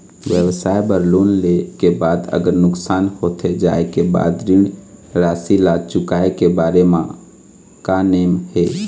व्यवसाय बर लोन ले के बाद अगर नुकसान होथे जाय के बाद ऋण राशि ला चुकाए के बारे म का नेम हे?